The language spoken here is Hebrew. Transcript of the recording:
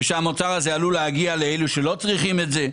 ושהמוצר הזה עלול להגיע לאלו שלא צריכים את זה,